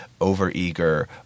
over-eager